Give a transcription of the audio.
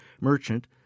merchant